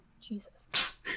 Jesus